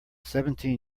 seventeen